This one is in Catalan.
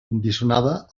condicionada